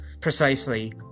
Precisely